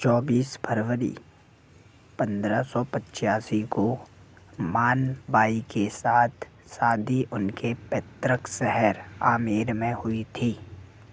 चौबीस फरवरी पंद्रह सौ पचासी को मान बाई के साथ शादी उनके पैतृक शहर आमेर में हुई थी